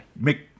make